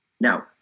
Now